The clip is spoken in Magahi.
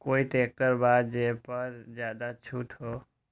कोइ ट्रैक्टर बा जे पर ज्यादा छूट हो?